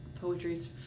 poetry's